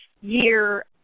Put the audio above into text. year